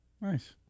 Nice